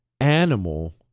animal